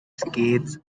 skates